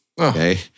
Okay